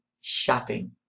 shopping